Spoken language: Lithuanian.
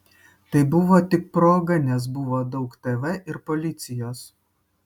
tai buvo tik proga nes buvo daug tv ir policijos